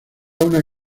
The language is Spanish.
una